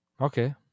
Okay